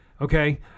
Okay